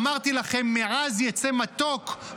אמרתי לכם: מעז יצא מתוק,